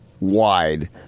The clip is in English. wide